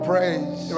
praise